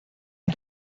del